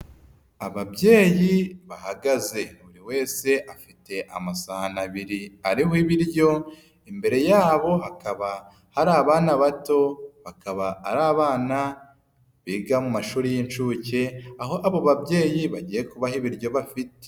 Ababyeyi bahagaze buri wese afite amasahani abiri ariho ibiryo, imbere yabo hakaba hari abana bato, bakaba ari abana biga mu mashuri y'inshuke, aho abo babyeyi bagiye kubaha ibiryo bafite.